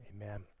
amen